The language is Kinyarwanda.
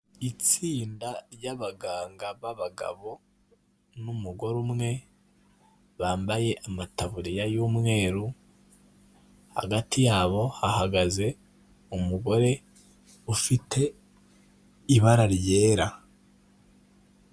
Itsinda ry'abaganga b'abagabo n'umugore umwe bambaye amataburiya y'umweru hagati yabo hahagaze umugore ufite ibara ryera.